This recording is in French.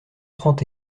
trente